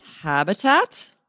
habitat